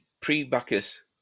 Pre-Bacchus